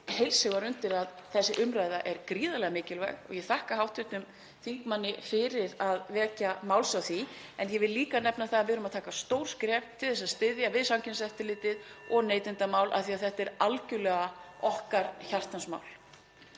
heils hugar undir að þessi umræða er gríðarlega mikilvæg og ég þakka hv. þingmanni fyrir að vekja máls á því. En ég vil líka nefna það að við erum að taka stór skref til að styðja við Samkeppniseftirlitið og neytendamál af því að þetta er algerlega okkar hjartans mál.